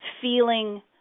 feeling